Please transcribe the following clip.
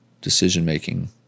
decision-making